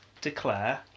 declare